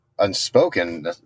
unspoken